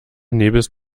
nebelst